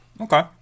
Okay